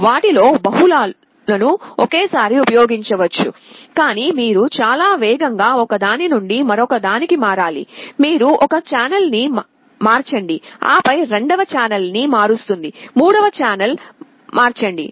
వాటిలో బహుళాలను ఒకేసారి ఉపయోగించవచ్చు కానీ మీరు చాలా వేగంగా ఒక దాని నుండి మరొక దానికి మారాలిమీరు ఒక ఛానల్ని మార్చండి ఆపై రెండవ ఛానల్ని మారుస్తుంది మూడవ ఛానల్ని మార్చండి